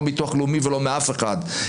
לא מביטוח הלאומי ולא מאף אחד.